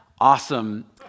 awesome